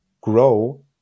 grow